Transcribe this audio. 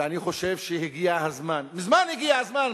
ואני חושב שהגיע הזמן, מזמן הגיע הזמן.